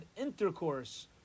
intercourse